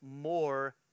more